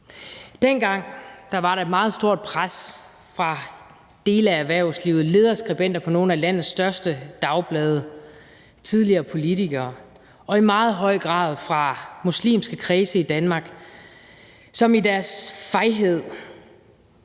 Dengang var der et meget stort pres fra dele af erhvervslivet, lederskribenter på nogle af landets største dagblade, tidligere politikere og i meget høj grad fra muslimske kredse i Danmark, som ved deres fejhed